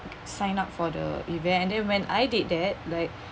sign up for the event and then when I did that like